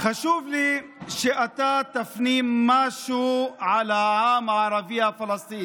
חשוב לי שאתה תפנים משהו על העם הערבי הפלסטיני.